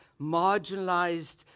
marginalized